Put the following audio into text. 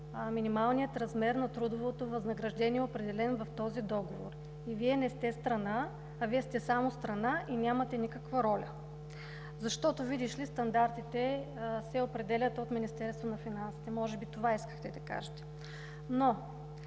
минималния размер на трудовото възнаграждение, определено в този договор, и Вие не сте страна. А Вие сте само страна и нямате никаква роля, защото, видиш ли, стандартите се определят от Министерството на финансите. Може би това искахте да кажете?! На